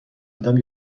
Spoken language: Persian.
دیدم